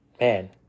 man